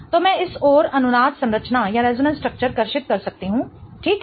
तो मैं इस ओर अनुनाद संरचना कर्षित कर सकती हूं ठीक है